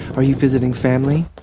are you visiting family,